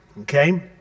okay